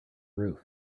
roof